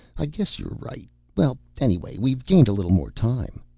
i guess you're right well, anyway, we've gained a little more time.